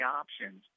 options